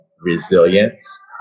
resilience